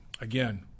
again